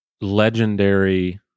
legendary